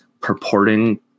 purporting